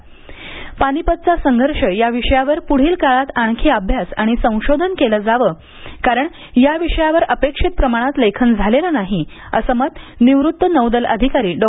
पानिपतचा संघर्ष या विषयावर पुढील काळात आणखी अभ्यास आणि संशोधन केलं जावं कारण या विषयावर अपेक्षित प्रमाणात लेखन झालेलं नाही असं मत निवृत्त नौदल अधिकारी डॉ